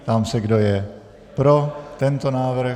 Ptám se, kdo je pro tento návrh.